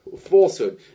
falsehood